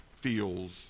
feels